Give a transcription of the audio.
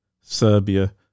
Serbia